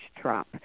Trump